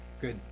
Good